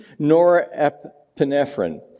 norepinephrine